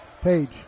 Page